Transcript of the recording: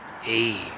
Hey